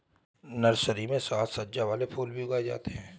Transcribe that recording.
nursery में साज सज्जा वाले फूल भी उगाए जाते हैं